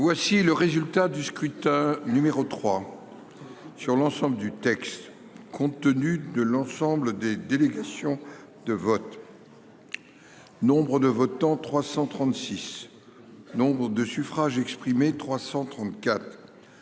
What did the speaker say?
Voici le résultat du scrutin, numéro 3 sur l'ensemble du texte, compte tenu de l'ensemble des délégations de vote Nombre de votants : 336 Nombre de suffrages exprimés 334